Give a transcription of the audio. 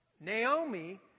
Naomi